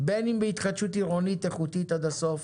בין אם בהתחדשות עירונית איכותית עד הסוף,